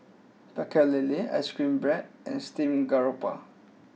Pecel Lele Ice Cream Bread and Steamed Garoupa